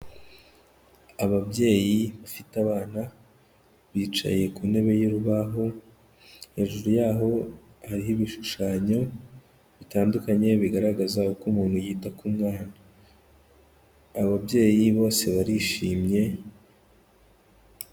Ababyeyi bafite abana bicaye ku ntebe y'urubaho, hejuru yaho hariho ibishushanyo bitandukanye bigaragaza uko umuntu yita ku mwana. Ababyeyi bose barishimye.